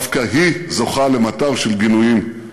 דווקא היא זוכה למטר של גינויים.